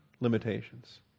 limitations